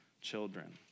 children